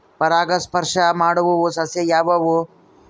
ಪರಾಗಸ್ಪರ್ಶ ಮಾಡಾವು ಸಸ್ಯ ಯಾವ್ಯಾವು?